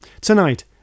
Tonight